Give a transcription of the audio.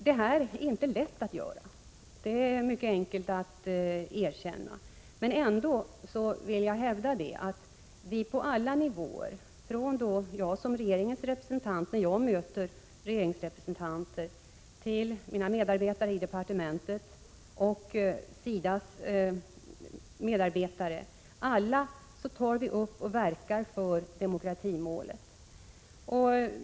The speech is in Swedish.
Detta är inte lätt att göra — det kan man gärna erkänna. Men jag vill ändå hävda att vi på alla nivåer — från regeringsrepresentanter till mina medarbetare i departementet och SIDA:s medarbetare — verkar för demokratimålet.